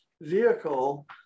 vehicle